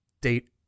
date